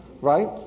right